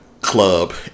club